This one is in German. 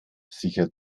sicher